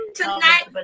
tonight